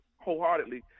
wholeheartedly